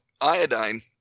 iodine